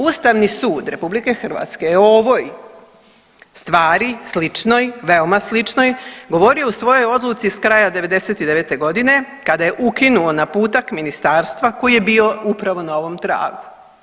Ustavni sud RH je o ovoj stvari sličnoj, veoma sličnoj, govorio u svojoj odluci s kraja '99.g. kada je ukinuo naputak ministarstva koji je bio upravo na ovom tragu.